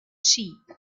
sheep